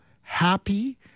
happy